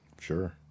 Sure